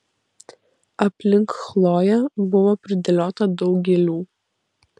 aplink chloję buvo pridėliota daug gėlių